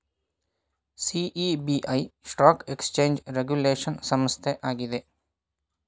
SEBI stock exchange regulation ಸಂಸ್ಥೆ ಆಗಿದೆ